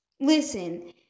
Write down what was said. Listen